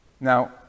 Now